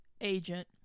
agent